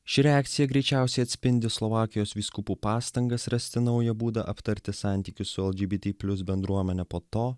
ši reakcija greičiausiai atspindi slovakijos vyskupų pastangas rasti naują būdą aptarti santykius su lgbt plius bendruomene po to